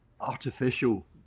artificial